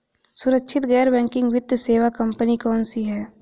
सुरक्षित गैर बैंकिंग वित्त सेवा कंपनियां कौनसी हैं?